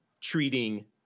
treating